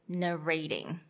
narrating